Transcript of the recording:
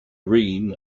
green